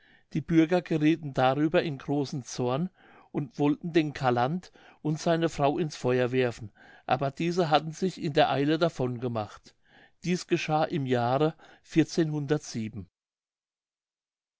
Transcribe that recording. die bürger geriethen darüber in großen zorn und wollten den calandt und seine frau ins feuer werfen aber diese hatten sich in der eile davon gemacht dieß geschah im jahre